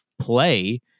play